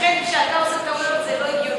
לכן כשאתה עושה טעויות, זה לא הגיוני.